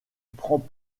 prend